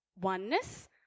oneness